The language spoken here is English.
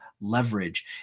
leverage